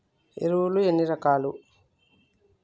ఎరువులు ఎన్ని రకాలు?